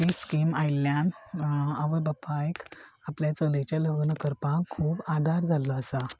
ती स्कीम आयिल्ल्यान आवय बापायक आपल्या चलयचें लग्न करपाक खूब आदार जाल्लो आसा